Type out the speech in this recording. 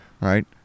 right